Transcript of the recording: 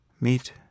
meet